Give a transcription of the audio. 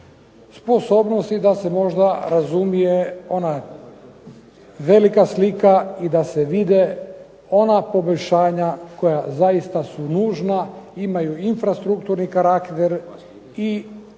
sposobnosti da se razumije ona velika slika i da se vide ona poboljšanja koja zaista su nužna, imaju infrastrukturni karakter i